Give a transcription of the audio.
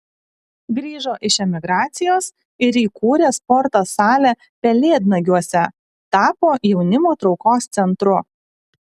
grįžo iš emigracijos ir įkūrė sporto salę pelėdnagiuose tapo jaunimo traukos centru